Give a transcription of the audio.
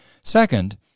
Second